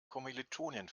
kommilitonin